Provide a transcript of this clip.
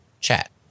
chat